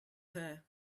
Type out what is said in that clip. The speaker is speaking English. her